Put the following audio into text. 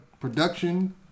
production